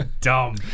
dumb